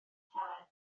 helen